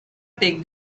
take